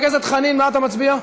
חבר הכנסת חנין, מה אתה מצביע?